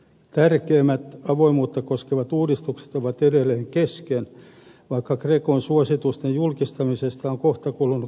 tärkeimmät avoimuutta koskevat uudistukset ovat edelleen kesken vaikka grecon suositusten julkistamisesta on kohta kulunut kaksi vuotta